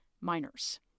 minors